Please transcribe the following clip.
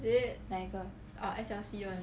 哪一个